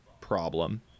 problem